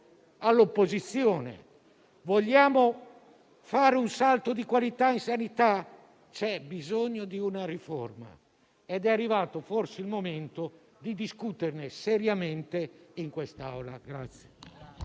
a tutti noi. Vogliamo fare un salto di qualità in sanità? C'è bisogno di una riforma ed è arrivato forse il momento di discuterne seriamente in quest'Aula.